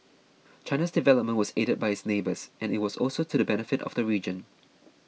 China's development was aided by its neighbours and it was also to the benefit of the region